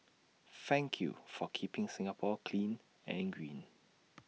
thank you for keeping Singapore clean and green